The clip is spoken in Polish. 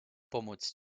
pomóc